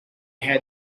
had